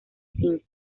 cinco